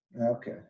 Okay